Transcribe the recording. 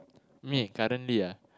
me currently ah